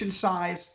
size